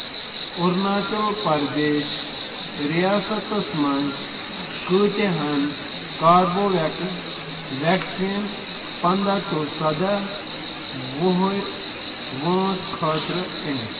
أروٗناچل پرٛدیش ریاستس مَنٛز کَۭتیاہَن ہیٚکہٕ بہٕ کوربِویٚکس ویکسٖن پَنٛداہ ٹُہ سَداہ وُہُرۍ وٲنٛسہِ خٲطر أنِتھ